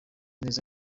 neza